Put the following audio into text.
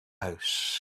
house